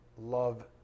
love